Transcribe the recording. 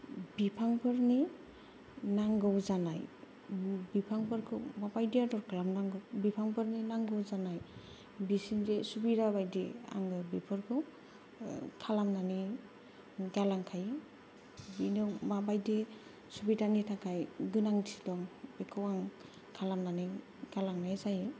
बिफांफोरनि नांगौ जानाय बिफांफोरखौ माबायदि आदर खालामनांगौ बिफांफोरनि नांगौ जानाय बिसिनि जे सुबिदा बायदि आङो बेफोरखौ खालामनानै गालांखायो बिनो माबायदि सुबिदानि थाखाय गोनांथि दं बेखौ आं खालामनानै गालांनाय जायो